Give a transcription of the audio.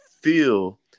feel